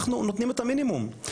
אנחנו נותנים את המינימום,